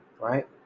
right